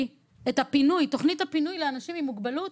את תוכנית הפינוי לאנשים עם מוגבלות,